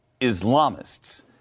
Islamists